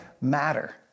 matter